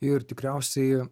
ir tikriausiai